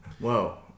Whoa